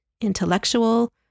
intellectual